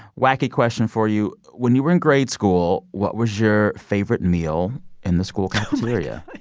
wacky question for you when you were in grade school, what was your favorite meal in the school cafeteria?